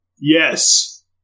yes